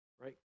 right